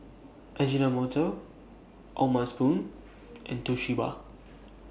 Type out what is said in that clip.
Ajinomoto O'ma Spoon and Toshiba